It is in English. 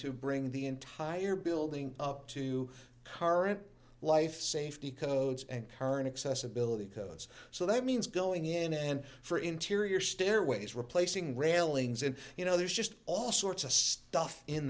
to bring the entire building up to current life safety codes and current accessibility codes so that means going in and for interior stairways replacing railings and you know there's just all sorts of stuff in